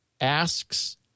asks